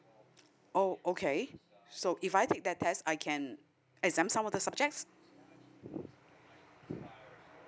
oh okay so if I take that test I can exempt some of the subjects